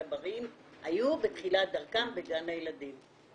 הצברים היו בתחילת דרכם בגן הילדים.